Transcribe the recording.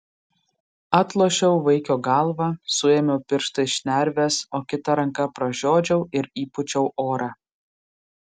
atlošiau vaikio galvą suėmiau pirštais šnerves o kita ranka pražiodžiau ir įpūčiau orą